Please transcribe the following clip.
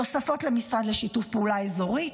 תוספות למשרד לשיתוף פעולה אזורי,